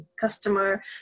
customer